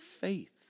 Faith